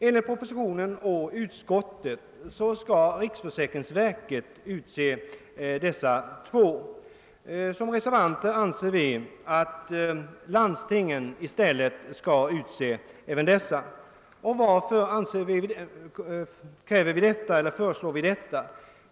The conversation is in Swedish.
Enligt propositionens förslag skall riksförsäkringsverket utse dem, medan vi reservanter stöder förslaget i motionerna I: 1084 och II: 1271 att landstingen skall utse dem.